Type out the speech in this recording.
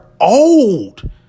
old